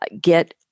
get